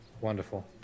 Wonderful